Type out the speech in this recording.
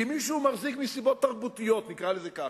כי מישהו מחזיק מסיבות תרבותיות, נקרא לזה ככה.